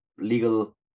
legal